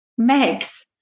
Megs